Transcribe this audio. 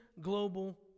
global